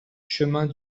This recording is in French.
chemin